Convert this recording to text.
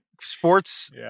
sports